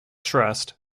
trust